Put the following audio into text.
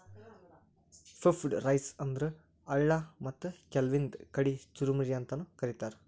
puffed rice ಅಂದ್ರ ಅಳ್ಳ ಮತ್ತ್ ಕೆಲ್ವನ್ದ್ ಕಡಿ ಚುರಮುರಿ ಅಂತಾನೂ ಕರಿತಾರ್